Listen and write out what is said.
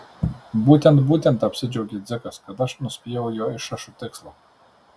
būtent būtent apsidžiaugė dzikas kad aš nuspėjau jo išrašų tikslą